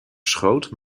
schoot